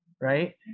right